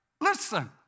listen